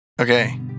Okay